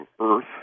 Earth